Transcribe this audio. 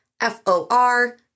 F-O-R